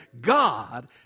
God